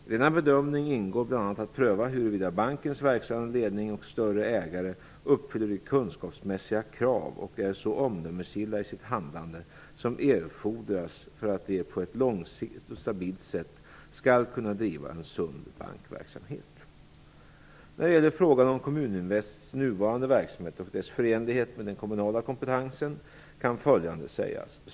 I denna bedömning ingår bl.a. att pröva huruvida bankens verkställande ledning och större ägare uppfyller de kunskapsmässiga krav och är så omdömesgilla i sitt handlande som erfordras för att de på ett långsiktigt och stabilt sätt skall kunna driva en sund bankverksamhet. När det gäller frågan om Kommuninvests nuvarande verksamhet och dess förenlighet med den kommunala kompetensen kan följande sägas.